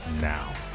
now